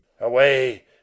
away